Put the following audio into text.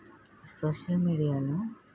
social మీడియాలో